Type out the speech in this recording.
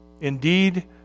Indeed